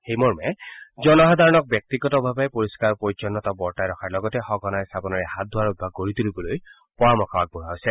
সেই মৰ্মে জনসাধাৰণক ব্যক্তিগতভাৱে পৰিঘ্বাৰ পৰিচ্জন্তা বৰ্তাই ৰখাৰ লগতে সঘনাই চাবোনেৰে হাত ধোৱাৰ অভ্যাস গঢ়ি তুলিবলৈ পৰামৰ্শ আগবঢ়োৱা হৈছে